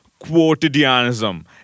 quotidianism